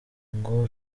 ngo